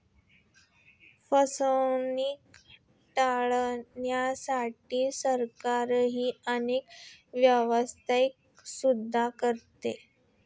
फसवणूक टाळण्यासाठी सरकारही अनेक व्यवस्था सुद्धा करते